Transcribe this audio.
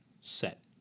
set